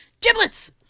Giblets